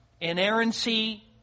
inerrancy